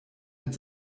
mit